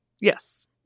Yes